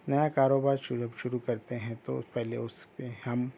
نیا کاروبار شروع شروع کرتے ہیں تو پہلے اس پہ ہم